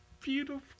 beautiful